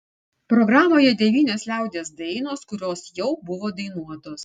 programoje devynios liaudies dainos kurios jau buvo dainuotos